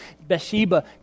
Bathsheba